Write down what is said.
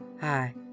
Hi